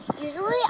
usually